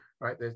Right